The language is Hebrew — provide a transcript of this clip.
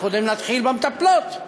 קודם נתחיל במטפלות.